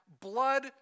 blood